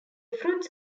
fruits